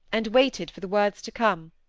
and waited for the words to come.